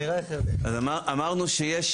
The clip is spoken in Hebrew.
אמרנו שיש